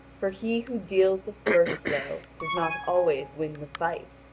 for he who deals the first blow does not always win the fight,